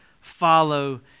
follow